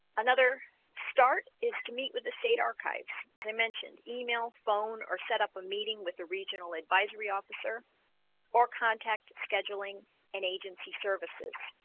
another start is to meet with the state archives as i mentioned email phone are set up a meeting with a regional advisory officer or contact scheduling and agency services